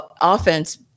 offense